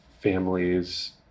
families